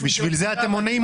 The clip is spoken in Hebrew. וכשאתם באים,